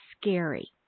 scary